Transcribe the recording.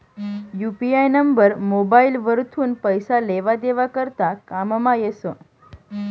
UPI number mobile वरथून पैसा लेवा देवा करता कामंमा येस